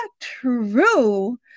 true